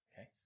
okay